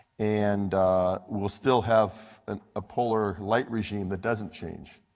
and will still have and a polar light machine that doesn't change.